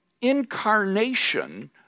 incarnation